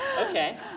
Okay